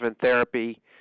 therapy